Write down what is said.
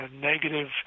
negative